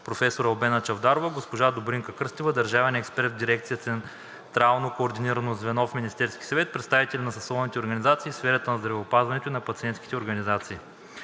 професор Албена Чавдарова, госпожа Добринка Кръстева – държавен експерт в дирекция „Централно координационно звено“ в Министерския съвет, представители на съсловните организации в сферата на здравеопазването и на пациентските организации.